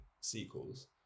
sequels